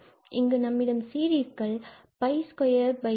இங்கு நம்மிடம் சீரிஸ்கள் 𝜋23